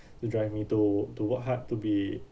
to drive me to to work hard to be